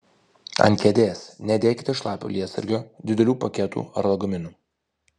ant kėdės nedėkite šlapio lietsargio didelių paketų ar lagaminų